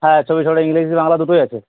হ্যাঁ ছবি ছড়া ইংলিশ বাংলা দুটোই আছে